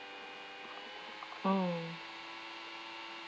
mm